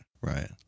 right